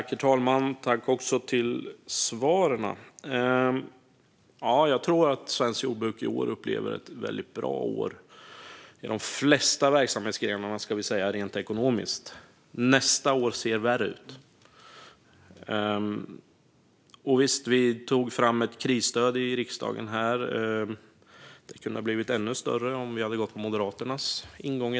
Herr talman! Tack för svaren. Jag tror att svenskt jordbruk i år upplever ett väldigt bra år inom de flesta verksamhetsgrenarna, rent ekonomiskt. Nästa år ser värre ut. Vi tog fram ett krisstöd i riksdagen, som dock hade kunnat bli ännu större om vi hade gått på Moderaternas linje.